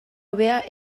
hobea